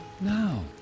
Now